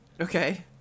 Okay